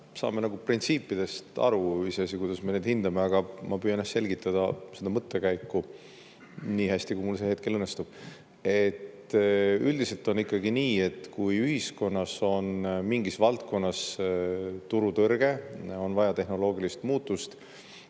saame printsiipidest aru, iseasi, kuidas me neid hindame, aga ma püüan selgitada seda mõttekäiku nii hästi, kui mul see hetkel õnnestub. Üldiselt on ikkagi nii, et kui ühiskonnas on mingis valdkonnas turutõrge, on vaja tehnoloogilist muutust,